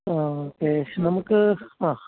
ആ ഓക്കേ നമുക്ക് ആ